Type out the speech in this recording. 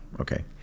okay